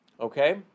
okay